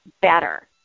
better